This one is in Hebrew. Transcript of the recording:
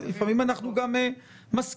לפעמים אנחנו גם מסכימים.